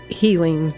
healing